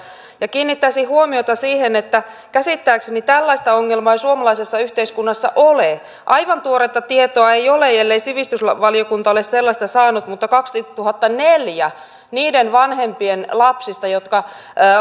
ja kiinnittäisin huomiota siihen että käsittääkseni tällaista ongelmaa ei suomalaisessa yhteiskunnassa ole aivan tuoretta tietoa ei ole ellei sivistysvaliokunta ole sellaista saanut mutta kaksituhattaneljä niiden vanhempien lapsista joiden